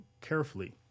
carefully